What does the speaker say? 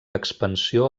expansió